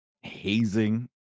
hazing